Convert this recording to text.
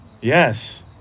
Yes